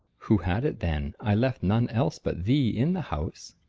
who had it then? i left none else but thee in the house.